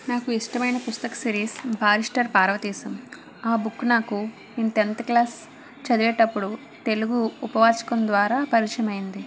నాకు ఇష్టమైన పుస్తక సీరీస్ బారిస్టర్ పార్వతీశం ఆ బుక్ నాకు నేను టెన్త్ క్లాస్ చదివేటప్పుడు తెలుగు ఉపవాచకం ద్వారా పరిచయమైంది